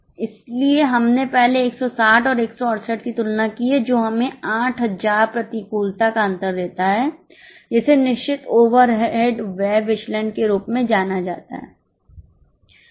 इसलिए हमने पहले 160 और 168 की तुलना की है जो हमें 8000 प्रतिकूलता का अंतर देता है जिसे निश्चित ओवरहेड व्यय विचलन के रूप में जाना जाता है